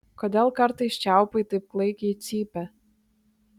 kodėl kartais čiaupai taip klaikiai cypia